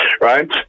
right